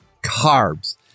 carbs